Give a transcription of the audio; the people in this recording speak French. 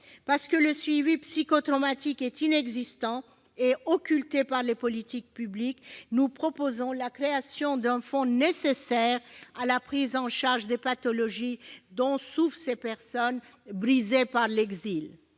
Parce que le suivi psychotraumatique est inexistant et occulté par les politiques publiques, nous proposons la création d'un fonds nécessaire à la prise en charge des pathologies dont souffrent ces personnes brisées par l'exil.